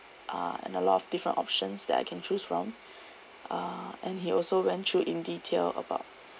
uh and a lot of different options that I can choose from uh and he also went through in detail about